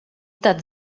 tad